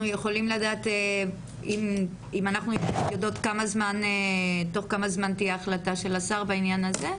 אנחנו יכולים לדעת תוך כמה זמן תהיה החלטה של השר בעניין הזה?